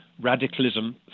radicalism